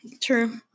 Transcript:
True